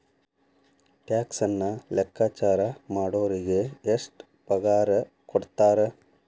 ಟ್ಯಾಕ್ಸನ್ನ ಲೆಕ್ಕಾಚಾರಾ ಮಾಡೊರಿಗೆ ಎಷ್ಟ್ ಪಗಾರಕೊಡ್ತಾರ??